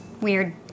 weird